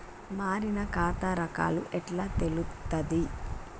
మారిన ఖాతా రకాలు ఎట్లా తెలుత్తది?